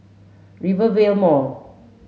Rivervale Mall